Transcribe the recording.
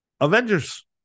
Avengers